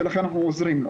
ולכן אנחנו עוזרים לו.